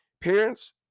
Parents